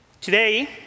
Today